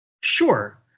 Sure